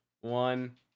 one